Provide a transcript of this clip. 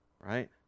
right